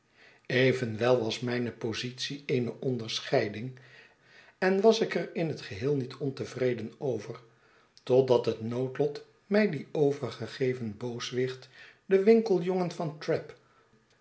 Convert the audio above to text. evenwel was mijne positie eene onderscheiding en was ik er in t geheel niet ontevreden over totdat het noodlot mij dien overgegeven booswicht den winkeljorigen van trabb